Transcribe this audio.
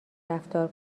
رفتار